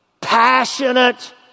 passionate